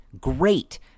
great